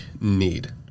need